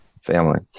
family